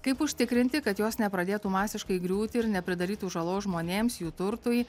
kaip užtikrinti kad jos nepradėtų masiškai griūti ir nepridarytų žalos žmonėms jų turtui